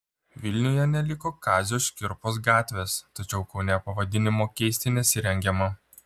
vilniuje neliko kazio škirpos gatvės tačiau kaune pavadinimo keisti nesirengiama